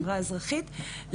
למרות שעל פניו הוא לא נראה פוגעני.